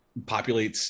populates